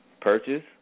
purchase